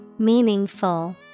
Meaningful